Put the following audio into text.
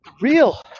real